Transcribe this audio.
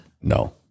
No